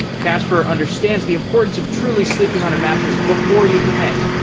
casper understands the importance of truly sleeping on a mattress before you commit,